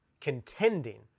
contending